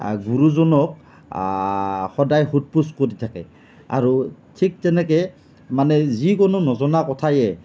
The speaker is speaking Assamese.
গুৰুজনক সদায় সোধ পোছ কৰি থাকে আৰু মানে যিকোনো নজনা কথাই